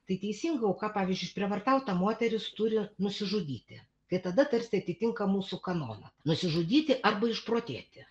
tai teisinga auka pavyzdžiui išprievartauta moteris turi nusižudyti tai tada tarsi atitinka mūsų kanoną nusižudyti arba išprotėti